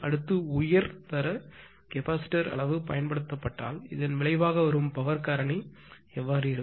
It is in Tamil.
அடுத்த உயர் தர கெப்பாசிட்டர் அளவு பயன்படுத்தப்பட்டால் இதன் விளைவாக வரும் பவர் காரணி என்னவாக இருக்கும்